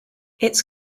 its